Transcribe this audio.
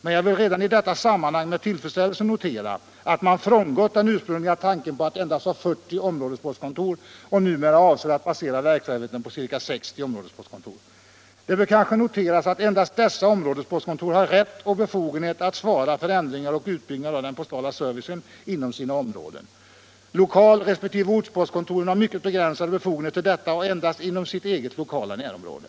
Men jag vill redan i detta sammanhang med tillfredsställelse notera att man frångått den ursprungliga tanken på att endast ha 40 områdespostkontor och numera avser att basera verksamheten på ca 60 områdespostkontor. Det bör kanske noteras att endast dessa områdespostkontor har rätt och befogenhet att svara för ändringar och utbyggnad av den postala servicen inom sina områden. Lokal resp. ortpostkontoren har mycket begränsade befogenheter till det 211 ta och endast inom sitt eget lokala närområde.